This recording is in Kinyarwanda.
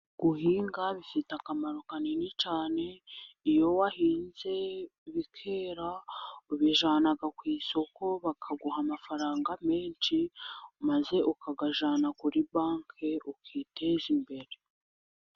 Guhinga bifite akamaro kanini cyane, iyo wahinze bikera ubijyana ku isoko bakaguha amafaranga menshi, maze ukayajyana kuri banki ukiteza imbere.